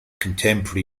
contemporary